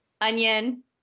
Onion